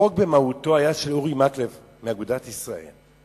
החוק במהותו היה של אורי מקלב מאגודת ישראל.